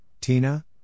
Tina